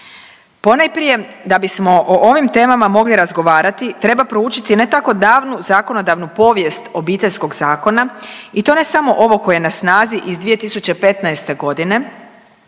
Ponajprije da bismo o ovim temama mogli razgovarati treba proučiti ne tako davnu zakonodavnu povijest Obiteljskog zakona i to ne samo ovog koji je na snazi iz 2015. godine